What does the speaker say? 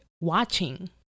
watching